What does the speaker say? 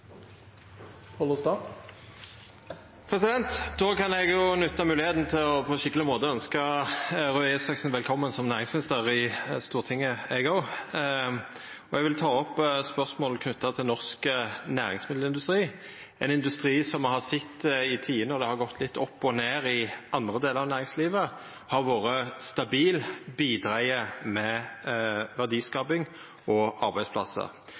Då kan eg òg nytta moglegheita til på ein skikkeleg måte å ønskja Røe Isaksen velkomen som næringsminister i Stortinget. Eg vil ta opp spørsmål knytte til norsk næringsmiddelindustri, ein industri som me har sett at i tider når det har gått litt opp og ned i andre delar av næringslivet, har vore stabil og bidrege med verdiskaping og arbeidsplassar.